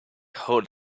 hold